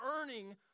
earning